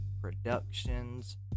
Productions